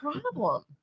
problem